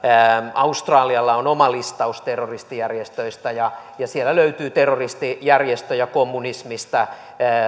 australialla on oma listaus terroristijärjestöistä ja ja siellä löytyy terroristijärjestöjä kommunismista